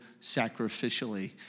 sacrificially